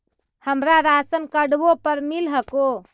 हमरा राशनकार्डवो पर मिल हको?